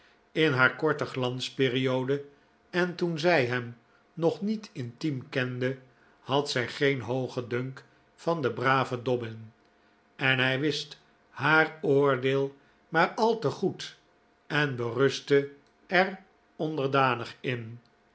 in haar korte glansperiode en toen zij hem nog niet intiem kende had zij geen hoogen dunk van den braven dobbin en hij wist haar oordeel maar al te goed en berustte er onderdanig in